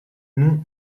nom